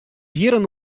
jierren